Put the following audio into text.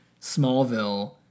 Smallville